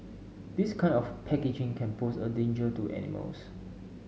this kind of packaging can pose a danger to animals